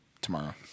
tomorrow